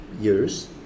years